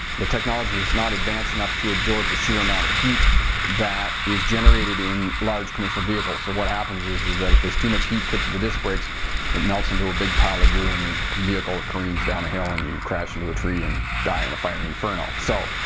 the technology is not advanced enough to absorb the sheer amount of heat that is generated in large commercial vehicles. so what happens is is that if there's too much heat put to the disc brakes it melts into a big pile of goo and your vehicle careens down the hill and you crash into a tree and die in a firey inferno. so